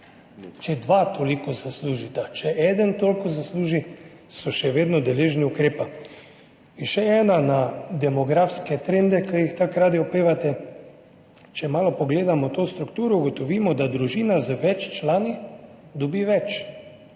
če dva toliko zaslužita. Če eden toliko zasluži, so še vedno deležni ukrepa. In še ena na demografske trende, ki jih tako radi opevate. Če malo pogledamo to strukturo, ugotovimo, da družina z več člani dobi več.